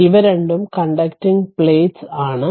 ഇവ രണ്ടുo conducting plates ആണ്